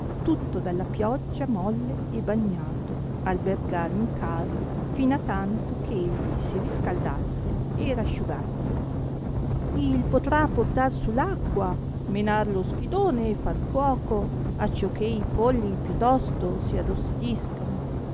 tutto dalla pioggia molle e bagnato albergar in casa fin a tanto che egli si riscaldasse e rasciugasse il potrà portar su l'acqua menar lo schidone e far fuoco acciò che i polli più tosto si arrostiscano